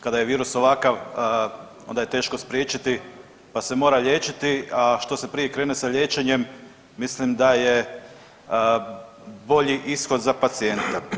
Kada je virus ovakav, onda je teško spriječiti, pa se mora liječiti, a što se prije krene sa liječenjem, mislim da je bolji ishod za pacijenta.